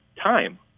time